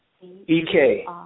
E-K